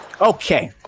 Okay